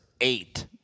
eight